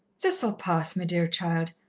this'll pass, me dear child.